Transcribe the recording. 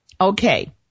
okay